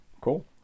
Cool